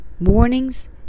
Warnings